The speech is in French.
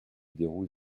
déroule